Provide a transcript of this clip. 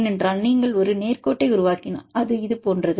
ஏனென்றால் நீங்கள் ஒரு நேர் கோட்டை உருவாக்கினால் அது இது போன்றது